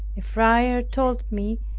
a friar told me,